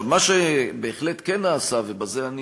מה שכן נעשה, ובזה אני